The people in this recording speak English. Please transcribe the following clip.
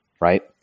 right